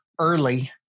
early